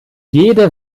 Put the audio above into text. jede